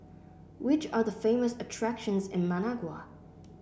which are the famous attractions in Managua